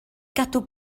gadw